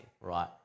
right